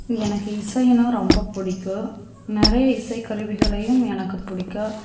எனக்கு இசைன்னா ரொம்ப பிடிக்கும் நிறையா இசைக்கருவிகளையும் எனக்கு பிடிக்கும்